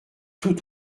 tout